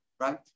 Right